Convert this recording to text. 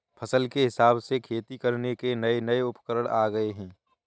फसल के हिसाब से खेती करने के नये नये उपकरण आ गये है